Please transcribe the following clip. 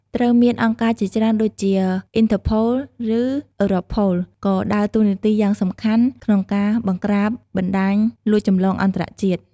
ត្រូវមានអង្គការច្រើនទៀតដូចជា អ៊ីនថើរភូល (Interpol) និង អ៊ឺរ៉ូភូល (Europol) ក៏ដើរតួនាទីយ៉ាងសំខាន់ក្នុងការបង្ក្រាបបណ្តាញលួចចម្លងអន្តរជាតិ។